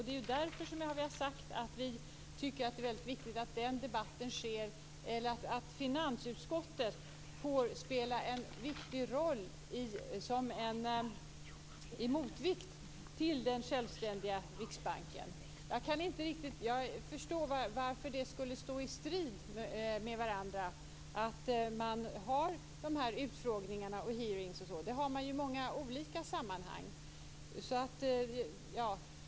Det är därför det är väldigt viktigt att finansutskottet får spela en viktig roll som en motvikt till den självständiga Riksbanken. Jag kan inte riktigt förstå varför det skulle stå i strid med att man har utfrågningar. Det har man ju i många olika sammanhang.